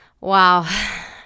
Wow